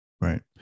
Right